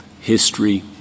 history